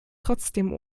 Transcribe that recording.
trotzdem